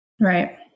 Right